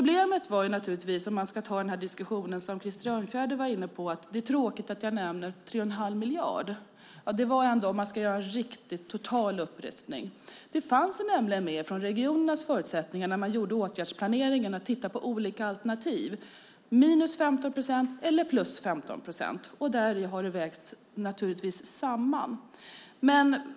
Det fanns naturligtvis problem, om jag ska ta den diskussion som Krister Örnfjäder var inne på, nämligen att det är tråkigt att jag nämner 3 1⁄2 miljard. Det handlade om att göra en riktig, total upprustning. Det fanns nämligen med i regionens förutsättningar när man gjorde åtgärdsplaneringen att titta på olika alternativ: minus 15 procent eller plus 15 procent. Detta har naturligtvis vägts samman.